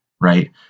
right